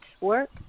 work